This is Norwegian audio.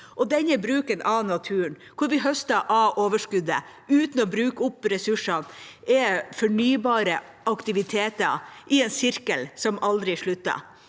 denne bruken av naturen, hvor vi høster av overskuddet uten å bruke opp ressursene, er fornybare aktiviteter i en sirkel som aldri slutter.